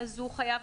ו-4א,